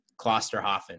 Klosterhoffen